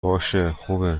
باشهخوبه